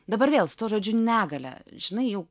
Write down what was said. dabar vėl su tuo žodžiu negalia žinai jau